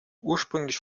ursprünglich